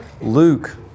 Luke